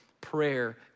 prayer